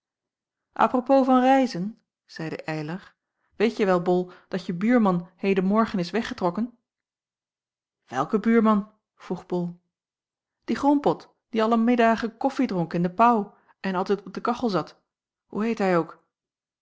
propos van reizen zeide eylar weet je wel bol dat je buurman heden morgen is weggetrokken welke buurman vroeg bol die grompot die alle middagen koffie dronk in de paauw en altijd op de kachel zat hoe heette hij ook